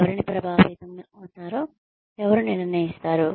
ఎవరిని ప్రభావితం అవుతారో ఎవరు నిర్ణయిస్తారు